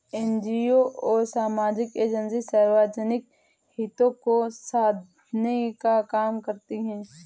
NGO और सामाजिक agency सार्वजनिक हितों को साधने का काम करती हैं